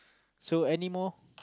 so anymore